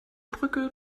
brücke